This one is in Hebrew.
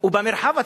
ובמרחב הציבורי,